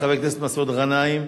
חבר הכנסת מסעוד גנאים.